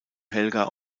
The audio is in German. helga